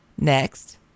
Next